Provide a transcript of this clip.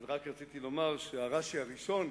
רק רציתי לומר שהרש"י הראשון,